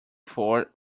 four